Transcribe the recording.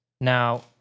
Now